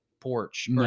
porch